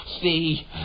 See